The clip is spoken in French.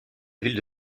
ville